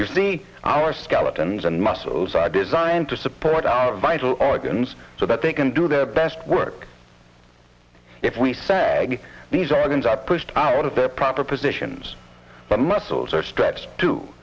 you see our skeletons and muscles are designed to support our vital organs so that they can do their best work if we sag these are these are pushed out of their proper positions but muscles are stretched to